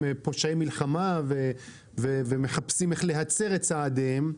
פושעי מלחמה ומחפשים איך להצר את צעדיהם,